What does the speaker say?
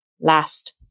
last